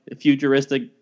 futuristic